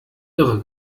irre